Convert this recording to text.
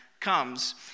comes